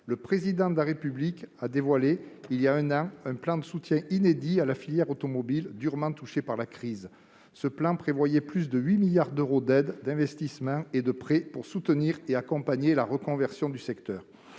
Le Président de la République a dévoilé, il y a un an, un plan de soutien inédit à la filière automobile, durement touchée par la crise, lequel prévoyait plus de 8 milliards d'euros d'aides, d'investissements et de prêts pour soutenir et accompagner la reconversion du secteur.